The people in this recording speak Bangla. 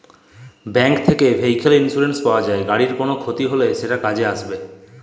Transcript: ব্যাংক থ্যাকে ভেহিক্যাল ইলসুরেলস পাউয়া যায়, গাড়ির কল খ্যতি হ্যলে সেট কাজে আইসবেক